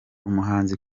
umuhanzi